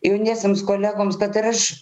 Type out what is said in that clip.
jauniesiems kolegoms kad ir aš